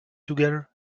together